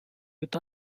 with